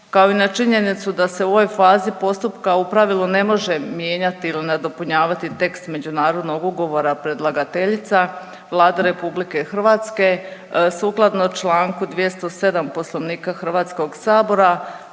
kao i na činjenicu da se u ovoj fazi postupka u pravilu ne može mijenjati ili nadopunjavati tekst međunarodnog ugovora predlagateljica, Vlada RH sukladno čl. 207 Poslovnika HS-a predlaže